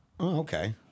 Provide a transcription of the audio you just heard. Okay